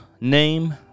Name